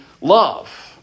love